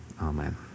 amen